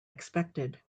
expected